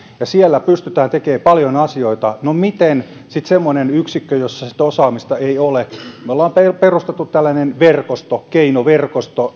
ja siellä pystytään tekemään paljon asioita no miten sitten semmoinen yksikkö jossa sitä osaamista ei ole me olemme perustaneet tällaisen verkoston keinoverkoston